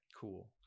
cool